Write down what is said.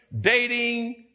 dating